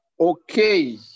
Okay